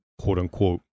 quote-unquote